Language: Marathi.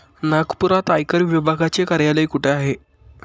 नागपुरात आयकर विभागाचे कार्यालय कुठे आहे?